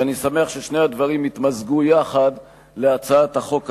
ואני שמח ששני הדברים התמזגו יחד להצעת החוק הזאת.